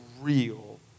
real